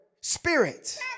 spirit